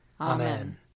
Amen